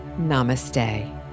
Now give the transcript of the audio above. Namaste